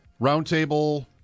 Roundtable